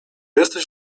jesteś